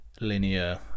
linear